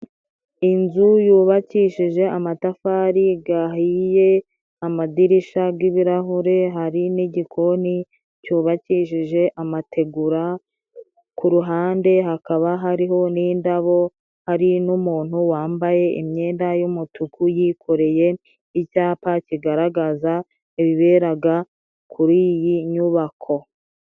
Inzu yubakishije amatafari ahiye, amadirishya ry'ibirahure, hari n'igikoni cyubakishije amategura, ku ruhande hakaba hariho n'indabo, hari n'umuntu wambaye imyenda y'umutuku yikoreye icyapa kigaragaza ibibera kuri iyi nyubako.